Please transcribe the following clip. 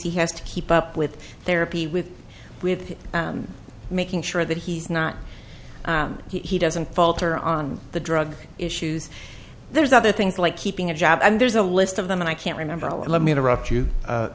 he has to keep up with their a p with with making sure that he's not he doesn't falter on the drug issues there's other things like keeping a job and there's a list of them and i can't remember